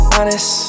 Honest